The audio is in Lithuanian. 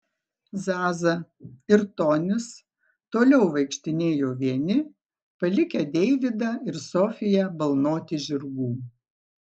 zaza ir tonis toliau vaikštinėjo vieni palikę deividą ir sofiją balnoti žirgų